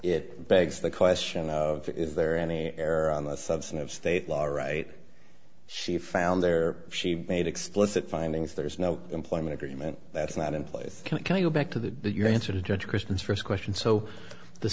it begs the question of is there any error on the subset of state law right she found there she made explicit findings there's no employment agreement that's not in place can you go back to the your answer to judge christians first question so the